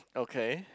okay